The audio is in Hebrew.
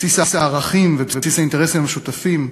בסיס הערכים ובסיס האינטרסים המשותפים,